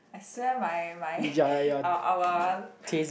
I swear my my our our